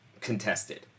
contested